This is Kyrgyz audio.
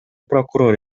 прокурор